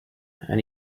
and